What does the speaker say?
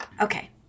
Okay